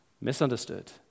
misunderstood